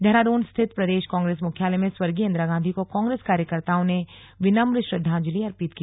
देहरादून स्थित प्रदेश कांग्रेस मुख्यालय में स्वर्गीय इंदिरा गांधी को कांग्रेस कार्यकर्ताओं ने विनम्र श्रद्धांजलि अर्पित की